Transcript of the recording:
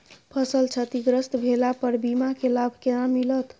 फसल क्षतिग्रस्त भेला पर बीमा के लाभ केना मिलत?